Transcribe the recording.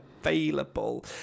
available